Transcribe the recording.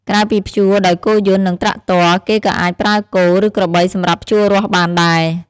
ក្រៅពីភ្ជួរដោយគោយន្តនឹងត្រាក់ទ័រ គេក៏អាចប្រើគោ ឬក្របីសម្រាប់ភ្ជួររាស់បានដែរ។